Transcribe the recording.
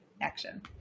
action